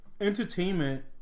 entertainment